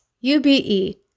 ube